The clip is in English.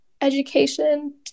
education